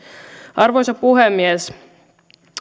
arvoisa puhemies